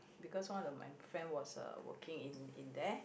because one of the my friend was uh working in in there